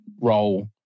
role